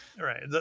Right